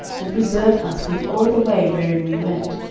and preserved us in all the way wherein we went,